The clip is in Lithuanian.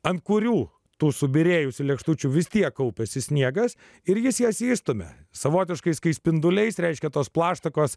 ant kurių tų subyrėjusių lėkštučių vis tiek kaupėsi sniegas ir jis jas išstumia savotiškais kai spinduliais reiškia tos plaštakos